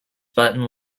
button